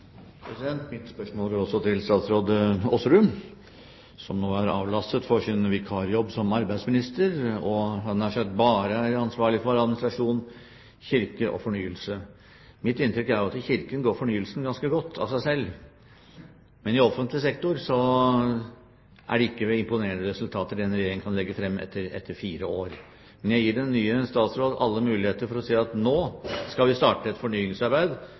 statsråd Aasrud, som nå er avlastet for sin vikarjobb som arbeidsminister, og «bare» er ansvarlig for administrasjon, kirke og fornyelse. Mitt inntrykk er at i Kirken går fornyelsen ganske godt av seg selv, men i offentlig sektor kan ikke denne regjeringen legge frem noen imponerende resultater etter fire år. Jeg gir den nye statsråden alle muligheter for å si at nå skal vi starte et fornyingsarbeid